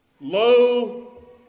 Low